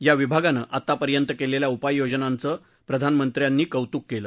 या विभागाने आतापर्यंत केलेल्या उपाययोजनांचं प्रधानमंत्री कौतुक केलं